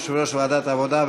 יושב-ראש ועדת העבודה,